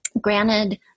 granted